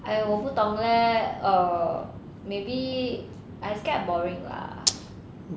!aiyo! 我不懂 leh err maybe I scared boring lah